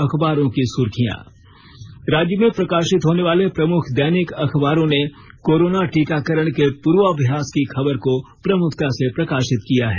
अखबारों की सुर्खियां राज्य में प्रकाशित होने वाले प्रमुख दैनिक अखबारों ने कोरोना टीकाकरण के पूर्वाभ्यास की खबर को प्रमुखता से प्रकाशित किया है